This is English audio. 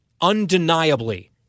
undeniably